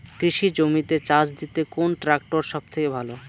কৃষি জমিতে চাষ দিতে কোন ট্রাক্টর সবথেকে ভালো?